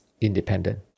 independent